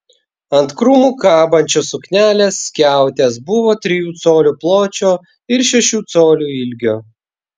ant krūmų kabančios suknelės skiautės buvo trijų colių pločio ir šešių colių ilgio